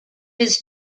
his